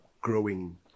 growing